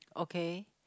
okay